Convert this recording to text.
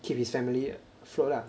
keep his family afloat lah